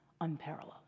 unparalleled